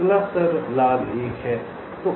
अगला राज्य लाल 1 है